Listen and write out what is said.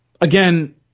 again